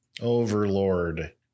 Overlord